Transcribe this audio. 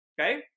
okay